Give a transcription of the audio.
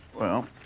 well.